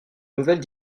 nouvelle